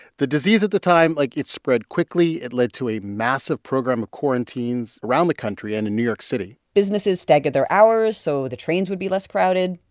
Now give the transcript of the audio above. the disease at the time, like it spread quickly. it led to a massive program of quarantines around the country and in new york city businesses staggered their hours so the trains would be less crowded.